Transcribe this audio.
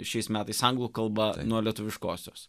šiais metais anglų kalba nuo lietuviškosios